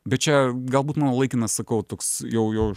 bet čia galbūt laikinas sakau toks jau jau